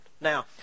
Now